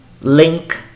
link